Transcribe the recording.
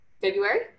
February